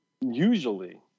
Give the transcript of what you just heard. usually